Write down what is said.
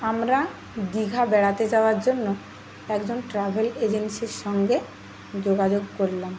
আমরা দীঘা বেড়াতে যাওয়ার জন্য একজন ট্রাভেল এজেন্সির সঙ্গে যোগাযোগ করলাম